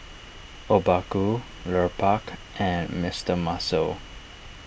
Obaku Lupark and Mister Muscle